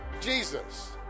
Jesus